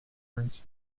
ernest